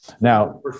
Now